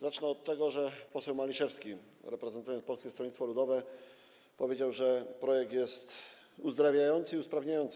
Zacznę od tego, że poseł Maliszewski, reprezentując Polskie Stronnictwo Ludowe, powiedział, że projekt jest uzdrawiający i usprawniający.